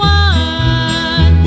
one